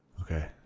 Okay